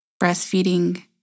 breastfeeding